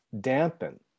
dampen